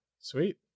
sweet